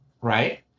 right